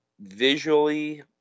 visually